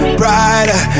brighter